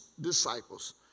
disciples